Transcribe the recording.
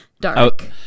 dark